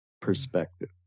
perspective